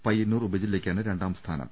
പയ്യന്നൂർ ഉപജില്ലയ്ക്കാണ് രണ്ടാം സ്ഥാനം